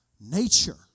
nature